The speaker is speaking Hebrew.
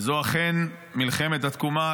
וזו אכן מלחמת התקומה,